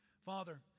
Father